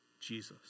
Jesus